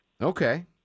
Okay